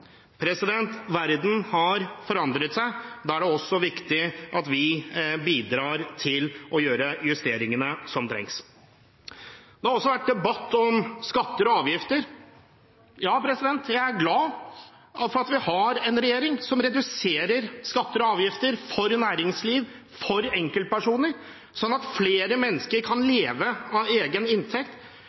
Verden har forandret seg, og da er det også viktig at vi bidrar til å gjøre justeringene som trengs. Det har også vært debatt om skatter og avgifter. Jeg er glad for at vi har en regjering som reduserer skatter og avgifter for næringsliv og for enkeltpersoner, slik at flere mennesker kan leve av egen inntekt,